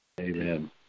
Amen